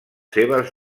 seves